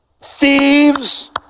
thieves